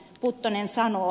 näin puttonen sanoo